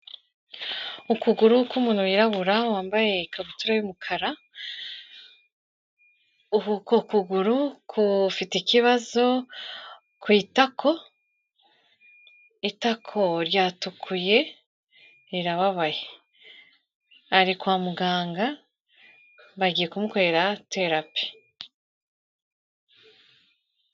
Ukuguru k'ukuntu wirabura wambaye ikabutura y'umukara uku kuguru kufite ikibazo ku itako itako ryatukuye rirababaye ari kwa muganga bagiye kumukorera terapi.